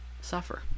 suffer